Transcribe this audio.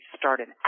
started